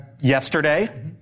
yesterday